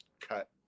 cut